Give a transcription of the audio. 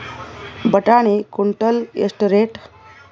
ಬಟಾಣಿ ಕುಂಟಲ ಎಷ್ಟು ರೇಟ್?